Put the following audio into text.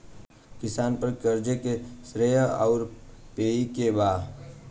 किसान पर क़र्ज़े के श्रेइ आउर पेई के बा?